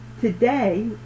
Today